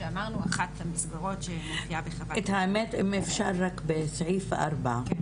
אם אפשר רק בסעיף (4),